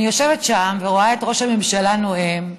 אני יושבת שם ורואה את ראש הממשלה נואם,